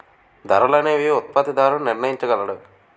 ధరలు అనేవి ఉత్పత్తిదారుడు నిర్ణయించగలడు